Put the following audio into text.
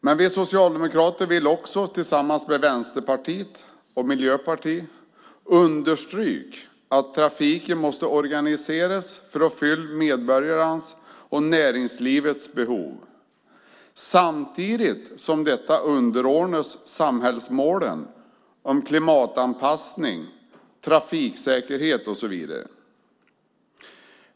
Men vi socialdemokrater vill tillsammans med Vänsterpartiet och Miljöpartiet understryka att trafiken måste organiseras för att täcka medborgarnas och näringslivets behov samtidigt som detta underordnas samhällsmålen om klimatanpassning, trafiksäkerhet och så vidare.